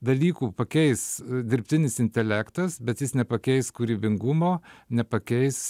dalykų pakeis dirbtinis intelektas bet jis nepakeis kūrybingumo nepakeis